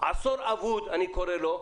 עשור אבוד אני קורא לו,